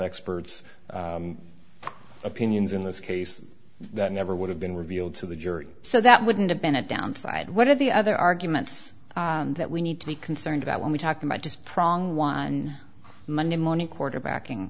experts opinions in this case that never would have been revealed to the jury so that wouldn't have been a downside what are the other arguments that we need to be concerned about when we talk about just prong one monday morning quarterbacking